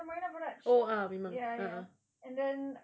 ya marina barrage ya ya and then